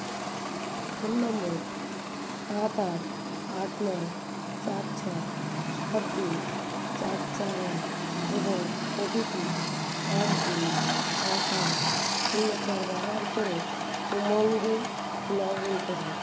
phone number সাত আট আট নয় চার ছয় সাত দুই চার চার এক এবং ও টি পি এক দুই এক আট শূন্য চার ব্যবহার করে উমঙ্গে লগ ইন করুন